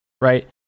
Right